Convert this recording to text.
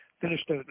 finished